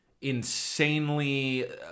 insanely